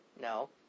No